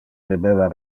debeva